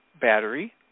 battery